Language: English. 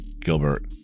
Gilbert